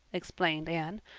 explained anne.